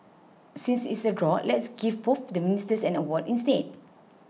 since it's a draw let's give both the ministers an award instead